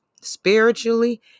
spiritually